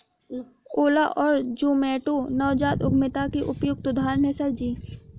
ओला और जोमैटो नवजात उद्यमिता के उपयुक्त उदाहरण है सर जी